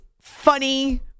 funny